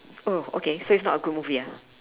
oh okay so it's not a good movie ah